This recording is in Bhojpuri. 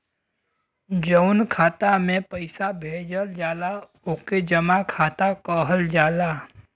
जउन खाता मे पइसा भेजल जाला ओके जमा खाता कहल जाला